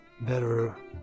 better